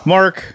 Mark